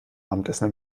abendessen